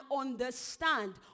understand